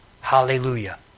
Hallelujah